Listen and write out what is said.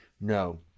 no